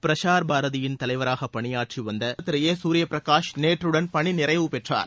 பிரஸார் பாரதியின் தலைவராக பணியாற்றி வந்த திரு ஏ சூர்யபிரகாஷ் நேற்றுடன் பணி நிறைவு பெற்றார்